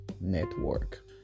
network